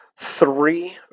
three